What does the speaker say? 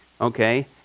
Okay